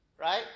right